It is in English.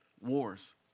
wars